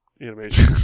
animation